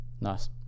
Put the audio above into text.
Nice